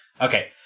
Okay